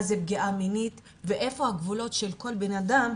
מה זו פגיעה מינית ואיפה הגבולות של כל אדם,